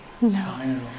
No